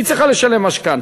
היא צריכה לשלם משכנתה.